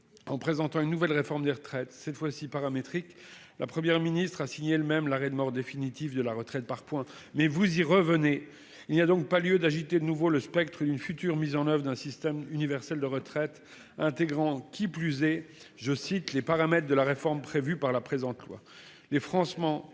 En présentant une nouvelle réforme des retraites. Cette fois-ci paramétrique, la Première ministre a signé le même l'arrêt de mort définitif de la retraite par points. Mais vous y revenez. Il y a donc pas lieu d'agiter le nouveau le spectre d'une future mise en oeuvre d'un système universel de retraite intégrant qui plus est, je cite les paramètres de la réforme prévue par la présente loi